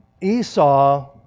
Esau